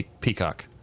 Peacock